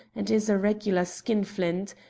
and is a regular skinflint.